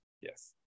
yes